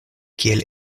kiel